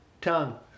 Tongue